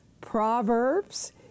Proverbs